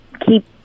keep